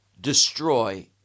destroy